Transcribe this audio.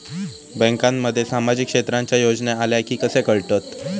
बँकांमध्ये सामाजिक क्षेत्रांच्या योजना आल्या की कसे कळतत?